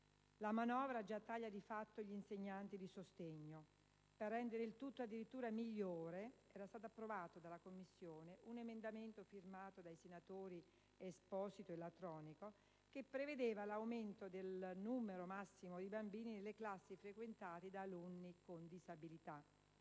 La manovra già taglia di fatto gli insegnanti di sostegno. Per rendere il tutto addirittura migliore (si fa per dire) era stato approvato dalla Commissione un emendamento firmato dai senatori Esposito e Latronico che prevedeva l'aumento del numero massimo di bambini nelle classi frequentate da alunni con disabilità.